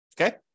Okay